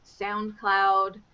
SoundCloud